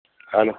hello